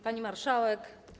Pani Marszałek!